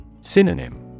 Synonym